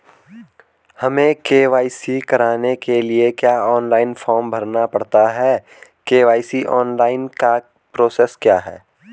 हमें के.वाई.सी कराने के लिए क्या ऑनलाइन फॉर्म भरना पड़ता है के.वाई.सी ऑनलाइन का प्रोसेस क्या है?